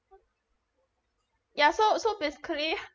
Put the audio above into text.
ya so so basically